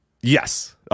Yes